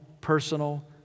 personal